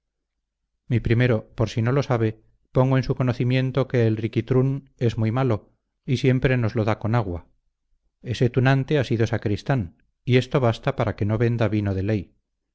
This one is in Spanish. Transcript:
mi primero por si no lo sabe pongo en su conocimiento que el riquitrún es muy malo y siempre nos lo da con agua ese tunante ha sido sacristán y esto basta para que no venda vino de ley